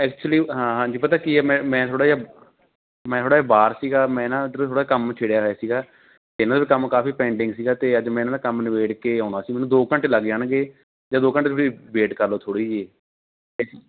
ਐਚੁਲੀ ਹਾਂਜੀ ਪਤਾ ਕੀ ਹੈ ਮੈਂ ਮੈਂ ਥੋੜ੍ਹਾ ਜਿਹਾ ਮੈਂ ਥੋੜ੍ਹਾ ਜਿਹਾ ਬਾਹਰ ਸੀਗਾ ਮੈਂ ਨਾ ਇੱਧਰੋਂ ਥੋੜ੍ਹਾ ਕੰਮ ਛਿੜਿਆ ਹੋਇਆ ਸੀਗਾ ਇਹਨਾਂ ਦਾ ਵੀ ਕੰਮ ਕਾਫੀ ਪੈਂਡਿੰਗ ਸੀਗਾ ਅਤੇ ਅੱਜ ਮੈਂ ਇਹਨਾਂ ਦਾ ਕੰਮ ਨਿਬੇੜ ਕੇ ਆਉਣਾ ਸੀ ਮੈਨੂੰ ਦੋ ਘੰਟੇ ਲੱਗ ਜਾਣਗੇ ਜਾਂ ਦੋ ਘੰਟੇ ਤੁਸੀਂ ਵੇਟ ਕਰ ਲਓ ਥੋੜ੍ਹੀ ਜੀ